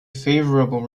favorable